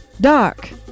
dark